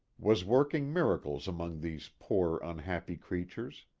was working miracles among these poor unhappy creatures.